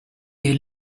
est